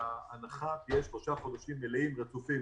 שההנחה תהיה לשלושה חודשים מלאים ורצופים,